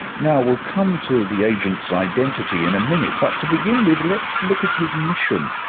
now we'll come to the agent's identity in a minute, but to begin with, let's look at his mission.